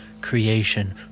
creation